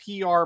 PR